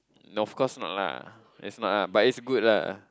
of course not lah it's not lah but it's good lah